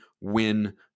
win